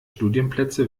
studienplätze